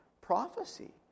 prophecy